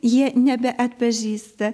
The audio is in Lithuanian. jie nebeatpažįsta